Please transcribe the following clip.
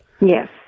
yes